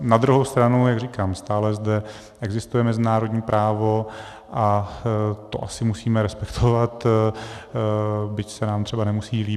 Na druhou stranu, jak říkám, stále zde existuje mezinárodní právo a to asi musíme respektovat, byť se nám třeba nemusí líbit.